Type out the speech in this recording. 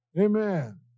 Amen